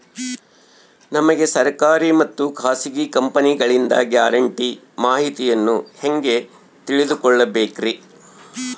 ನಮಗೆ ಸರ್ಕಾರಿ ಮತ್ತು ಖಾಸಗಿ ಕಂಪನಿಗಳಿಂದ ಗ್ಯಾರಂಟಿ ಮಾಹಿತಿಯನ್ನು ಹೆಂಗೆ ತಿಳಿದುಕೊಳ್ಳಬೇಕ್ರಿ?